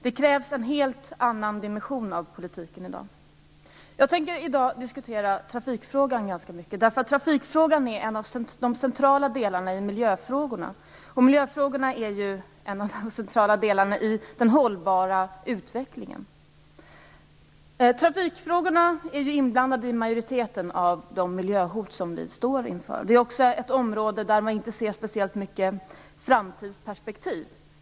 Det krävs en helt annan dimension av politiken i dag. Jag tänker diskutera trafikfrågan ganska mycket. Trafikfrågan är en av de centrala delarna i miljöfrågorna, och miljöfrågorna är ju en av de centrala delarna i den hållbara utvecklingen. Trafikfrågorna är inblandade i majoriteten av de miljöhot vi står inför. Det är också ett område där man inte ser något framtidsperspektiv.